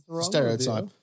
stereotype